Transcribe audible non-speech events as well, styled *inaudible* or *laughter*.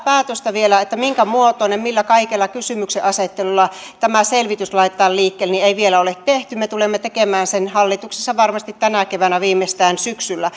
päätöstä vielä minkä muotoisena millä kaikella kysymyksenasettelulla tämä selvitys laitetaan liikkeelle ei vielä ole tehty me tulemme tekemään sen hallituksessa varmasti tänä keväänä viimeistään syksyllä *unintelligible*